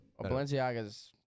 Balenciaga's